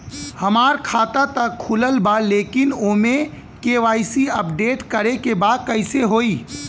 हमार खाता ता खुलल बा लेकिन ओमे के.वाइ.सी अपडेट करे के बा कइसे होई?